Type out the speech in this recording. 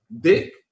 dick